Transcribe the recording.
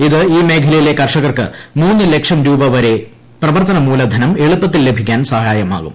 ഇത് ഈ മേഖലയിലെ കർഷകർക്ക് മൂന്ന് ലക്ഷം രൂപ വരെ പ്രവർത്തന മൂലധനം എളുപ്പത്തിൽ ലഭിക്കാൻ സഹായകമാകും